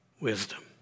wisdom